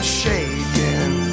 shaking